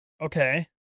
Okay